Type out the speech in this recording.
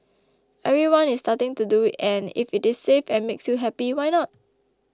everyone is starting to do it and if it is safe and makes you happy why not